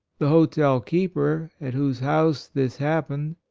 the hotel keeper at whose house this hap pened,